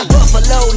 Buffalo